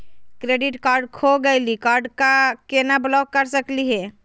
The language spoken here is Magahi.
क्रेडिट कार्ड खो गैली, कार्ड क केना ब्लॉक कर सकली हे?